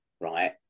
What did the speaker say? right